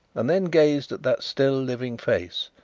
and then gazed at that still living face,